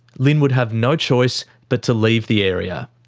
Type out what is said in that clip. lyn would have no choice but to leave the area.